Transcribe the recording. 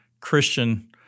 Christian